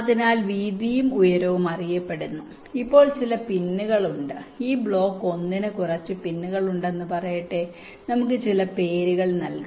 അതിനാൽ വീതിയും ഉയരവും അറിയപ്പെടുന്നു ഇപ്പോൾ ചില പിന്നുകൾ ഉണ്ട് ഈ ബ്ലോക്ക് 1 ന് കുറച്ച് പിന്നുകൾ ഉണ്ടെന്ന് പറയട്ടെ നമുക്ക് ചില പേരുകൾ നൽകാം